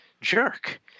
jerk